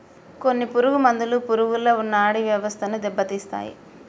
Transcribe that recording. కొన్ని పురుగు మందులు పురుగుల నాడీ వ్యవస్థను దెబ్బతీస్తాయి